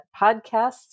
podcasts